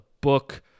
book